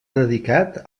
dedicat